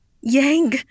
Yang